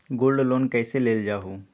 Gold loan कईसे लेल जाहु?